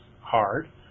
hard